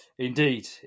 Indeed